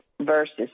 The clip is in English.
Versus